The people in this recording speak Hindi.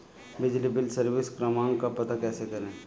बिजली बिल सर्विस क्रमांक का पता कैसे करें?